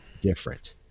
different